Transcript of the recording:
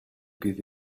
give